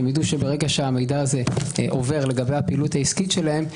שהם יידעו שברגע שהמידע הזה עובר לגבי הפעילות העסקית שלהם,